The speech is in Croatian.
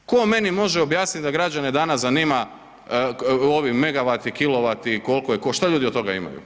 Tko meni može objasniti da građane danas zanima ovi megavati, kilovati, koliko je ko, šta ljudi od toga imaju?